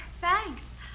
thanks